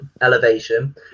Elevation